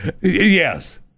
Yes